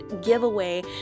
giveaway